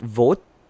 vote